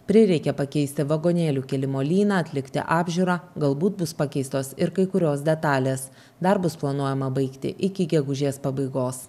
prireikė pakeisti vagonėlių kėlimo lyną atlikti apžiūrą galbūt bus pakeistos ir kai kurios detalės darbus planuojama baigti iki gegužės pabaigos